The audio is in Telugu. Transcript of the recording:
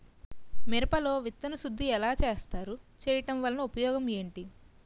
మిరప లో విత్తన శుద్ధి ఎలా చేస్తారు? చేయటం వల్ల ఉపయోగం ఏంటి?